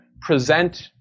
present